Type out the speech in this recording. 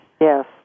Yes